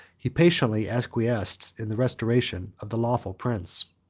he patiently acquiesced in the restoration of the lawful prince.